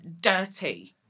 dirty